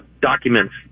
documents